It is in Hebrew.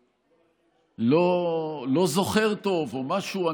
לא זוכר טוב או משהו.